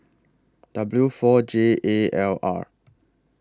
W four J A L R